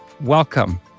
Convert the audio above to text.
welcome